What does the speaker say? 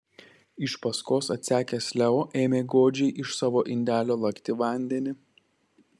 iš paskos atsekęs leo ėmė godžiai iš savo indelio lakti vandenį